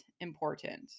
important